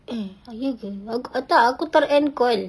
eh ah ya ke ak~ tak aku taruh and coil